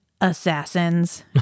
assassins